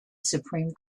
supreme